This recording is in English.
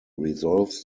resolve